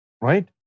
Right